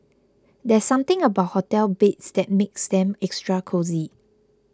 there's something about hotel beds that makes them extra cosy